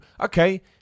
Okay